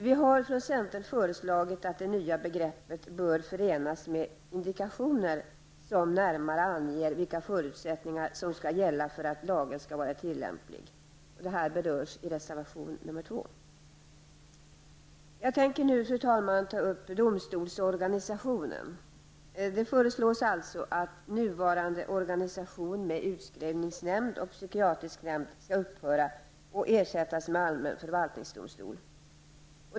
Vi har från centern föreslagit att det nya begreppet bör förenas med indikationer som närmare anger vilka förutsättningar som skall gälla för att lagen skall vara tillämplig. Detta berörs i reservation nr 2. Jag tänker nu, fru talman, ta upp frågan om domstolsorganisationen. Det föreslås alltså att nuvarande organisation med utskrivningsnämnd och psykiatrisk nämnd skall upphöra och ersättas med allmän förvaltningsdomstol.